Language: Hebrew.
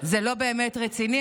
זה לא באמת רציני.